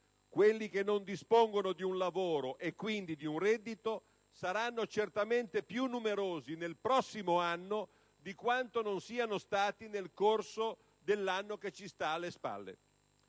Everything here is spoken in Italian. quelli che non dispongono di un lavoro - e quindi di un reddito - saranno certamente più numerosi nel prossimo anno di quanto non siano stati nel corso dell'anno che ci sta alle spalle.